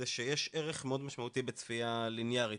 הוא שיש ערך מאוד משמעותי לצפייה לינארית,